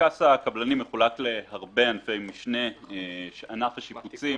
פנקס הקבלנים מחולק להרבה ענפי משנה של ענף השיפוצים,